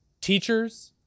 teachers